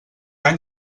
any